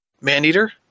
Maneater